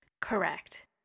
Correct